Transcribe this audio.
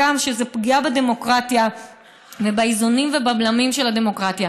שזו פגיעה בדמוקרטיה ובאיזונים ובבלמים של הדמוקרטיה.